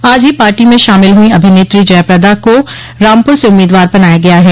आज ही पार्टी में शामिल हुई अभिनेत्री जया प्रदा को रामपुर से उम्मीदवार बनाया गया है